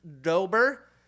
Dober